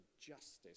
justice